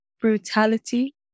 brutality